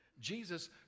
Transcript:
Jesus